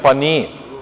Pa, nije.